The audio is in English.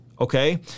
Okay